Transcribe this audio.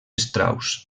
strauss